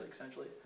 essentially